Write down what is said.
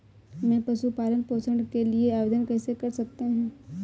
मैं पशु पालन पोषण के लिए आवेदन कैसे कर सकता हूँ?